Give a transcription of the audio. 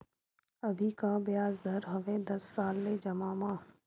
अभी का ब्याज दर हवे दस साल ले जमा मा?